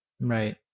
Right